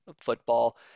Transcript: football